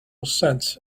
sense